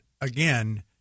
again